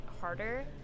harder